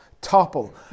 topple